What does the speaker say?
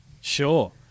Sure